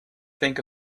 think